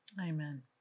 Amen